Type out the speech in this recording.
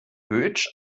götsch